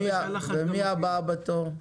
ומי הבאה בתור?